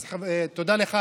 אז תודה לך,